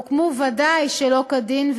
הוקמו ודאי שלא כדין,